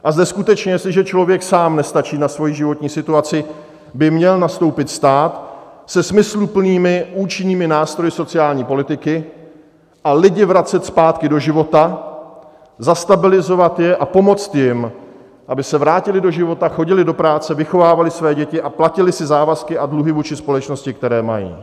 A zde skutečně, jestliže člověk sám nestačí na svojí životní situaci, by měl nastoupit stát, se smysluplnými, účinnými nástroji sociální politiky a lidi vracet zpátky do života, zastabilizovat je a pomoci jim, aby se vrátili do života, chodili do práce, vychovávali své děti a platili si závazky a dluhy vůči společnosti, které mají.